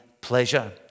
pleasure